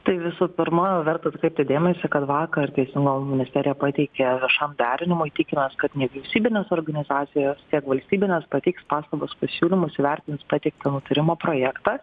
tai visų pirma verta atkreipti dėmesį kad vakar teisingumo ministerija pateikė viešam derinimui tikimės kad nevyriausybinės organizacijos tiek valstybinės pateiks pastabas pasiūlymus įvertins pateiktą nutarimo projektą